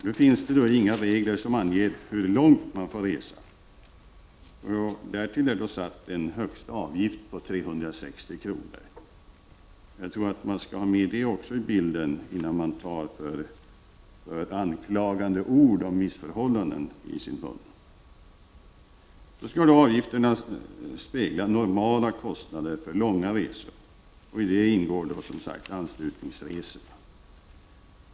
Det finns inte några regler som anger hur långt man får resa. Därtill är det satt en högsta avgift på 360 kr. Jag tycker att man skall ha med det också i bilden innan man tar i sin mun alltför anklagande ord om missförhållanden. Avgifterna skall spegla normala avgifter för långa resor. Däri ingår då som sagt anslutningsresor.